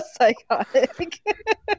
Psychotic